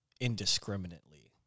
indiscriminately